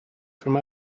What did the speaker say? from